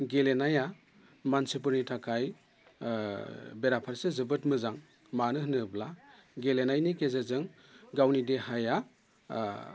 गेलेनाया मानसिफोरनि थाखाय बेराफारसे जोबोद मोजां मानो होनोब्ला गेलेनायनि गेजेरजों गावनि देहाया